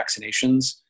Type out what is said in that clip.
vaccinations